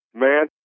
Man